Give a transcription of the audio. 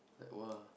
like !wah!